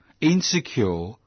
insecure